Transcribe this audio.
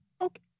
Okay